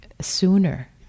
sooner